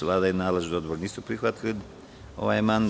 Vlada i nadležni odbor nisu prihvatili amandman.